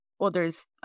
others